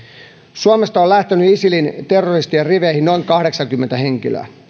suomesta on lähtenyt isilin terroristien riveihin noin kahdeksankymmentä henkilöä